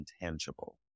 intangible